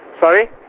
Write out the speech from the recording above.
Sorry